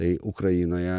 tai ukrainoje